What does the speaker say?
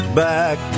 back